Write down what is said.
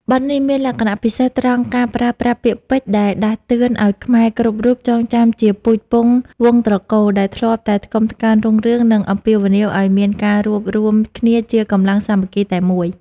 បទនេះមានលក្ខណៈពិសេសត្រង់ការប្រើប្រាស់ពាក្យពេចន៍ដែលដាស់តឿនឱ្យខ្មែរគ្រប់រូបចងចាំពីពូជពង្សវង្សត្រកូលដែលធ្លាប់តែថ្កុំថ្កើងរុងរឿង និងអំពាវនាវឱ្យមានការរួបរួមគ្នាជាកម្លាំងសាមគ្គីតែមួយ។